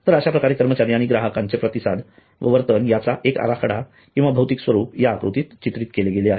तर अशा प्रकारे कर्मचारी आणि ग्राहकांचे प्रतिसाद व वर्तन याचा एक आराखडा किंवा भौतिक स्वरूप या आकृतीत चित्रित केले गेले आहे